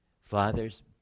Father's